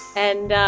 and